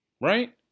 Right